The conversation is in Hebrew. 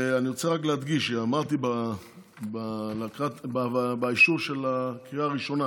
אני רוצה להדגיש: אמרתי באישור של הקריאה הראשונה